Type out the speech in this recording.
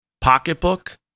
pocketbook